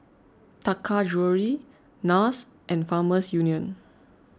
Taka Jewelry Nars and Farmers Union